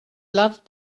love